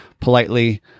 politely